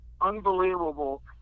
unbelievable